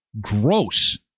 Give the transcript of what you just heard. Gross